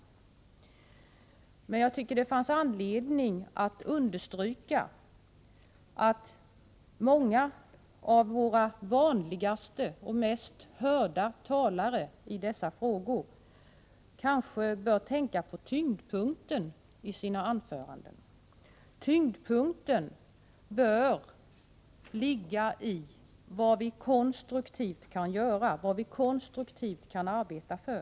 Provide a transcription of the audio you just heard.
Jag tycker emellertid att det finns anledning att understryka att många av våra vanligaste och mest hörda talare i dessa frågor kanske bör tänka på tyngdpunkten i sina anföranden. Tyngdpunkten bör ligga i vad vi konstruktivt kan göra, vad vi konstruktivt kan arbeta för.